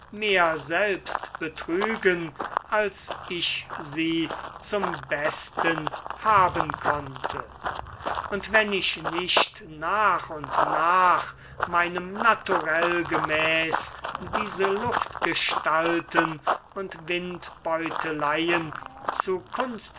mehr selbst betrügen als ich sie zum besten haben konnte und wenn ich nicht nach und nach meinem naturell gemäß diese luftgestalten und windbeuteleien zu